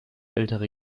ältere